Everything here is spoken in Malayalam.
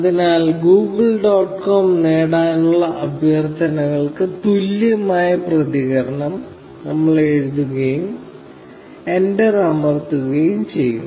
അതിനാൽ Google ഡോട്ട് കോം നേടാനുള്ള അഭ്യർത്ഥനകൾക്ക് തുല്യമായ പ്രതികരണം നമ്മൾ എഴുതുകയും എന്റർ അമർത്തുകയും ചെയ്യും